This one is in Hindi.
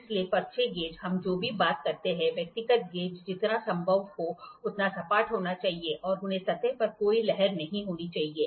इसलिए पर्ची गेज हम जो भी बात करते हैं व्यक्तिगत गेज जितना संभव हो उतना सपाट होना चाहिए और उन्हें सतह पर कोई लहर नहीं होनी चाहिए